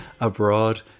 abroad